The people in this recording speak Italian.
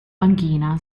panchina